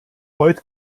heute